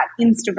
Instagram